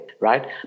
right